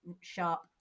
sharp